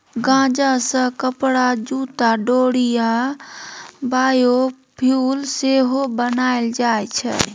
गांजा सँ कपरा, जुत्ता, डोरि आ बायोफ्युल सेहो बनाएल जाइ छै